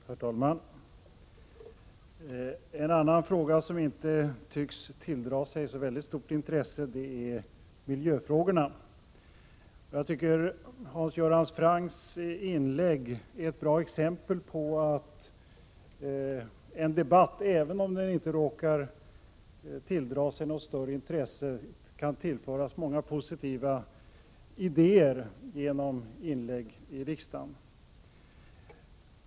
Herr talman! En annan fråga som inte tycks tilldra sig så väldigt stort intresse är miljöfrågan. Jag tycker att Hans Göran Francks inlägg är ett bra exempel på att en debatt, även om den inte råkar tilldra sig något större intresse, kan tillföras många positiva idéer genom inlägg i riksdagen.